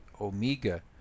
Omega